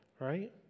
right